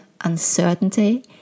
uncertainty